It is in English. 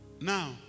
now